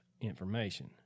information